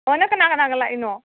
ꯑꯣ ꯅꯪ ꯀꯅꯥ ꯀꯅꯥꯒ ꯂꯥꯛꯏꯅꯣ